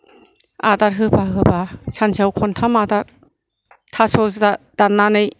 आदार होफा होफा सानसेआव खनथाम आदार थास' जा दान्नानै